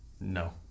No